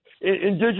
Indigenous